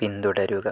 പിന്തുടരുക